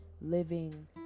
living